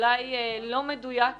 ואולי לא מדויק לדיון,